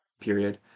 Period